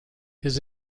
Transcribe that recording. his